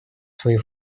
свои